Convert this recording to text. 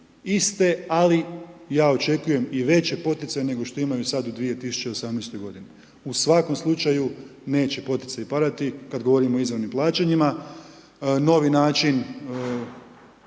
iste, ali ja očekujem i veće poticaje nego što imaju sad u 2018. godini. U svakom slučaju, neće poticaji padati, kad govorimo o izravnim plaćanjima. Novi način